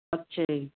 ਅੱਛਾ ਜੀ